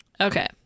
Okay